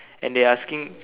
and they asking